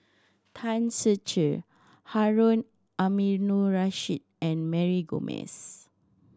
Tan Ser Cher Harun Aminurrashid and Mary Gomes